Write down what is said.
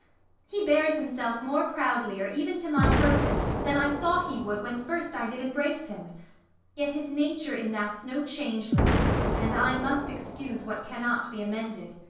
he bears himself more proudlier, even to my person, than i thought he would when first i did embrace him yet his nature in that's no changeling and i must excuse what cannot be amended.